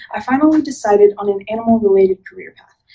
i finally decided on an animal related career path.